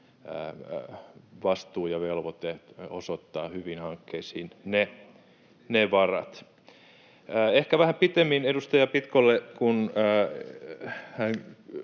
vastuu ja velvoite osoittaa hyviin hankkeisiin ne varat. Ehkä vähän pitemmin edustaja Pitkolle, kun hän